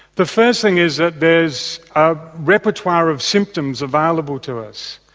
the first thing is that there's a repertoire of symptoms available to us.